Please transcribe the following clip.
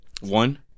One